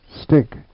stick